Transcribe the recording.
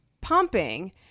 pumping